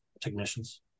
technicians